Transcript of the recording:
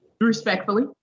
Respectfully